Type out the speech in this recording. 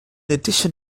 addition